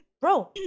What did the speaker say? bro